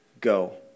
go